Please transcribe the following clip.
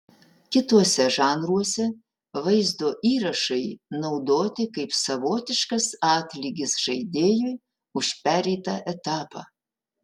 kituose žanruose vaizdo įrašai naudoti kaip savotiškas atlygis žaidėjui už pereitą etapą